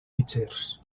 fitxers